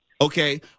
Okay